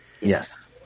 yes